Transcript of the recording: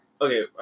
Okay